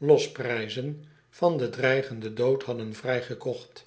eel prijzen van den gedreigden dood hadden vrijgekocht